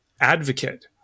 advocate